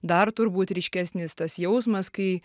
dar turbūt ryškesnis tas jausmas kai